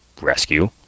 rescue